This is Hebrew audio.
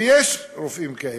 ויש רופאים כאלה.